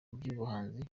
mujye